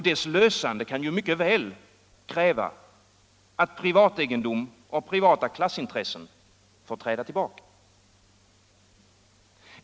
Dess lösande kan mycket väl kräva att privategendom och privata klassintressen får träda tillbaka.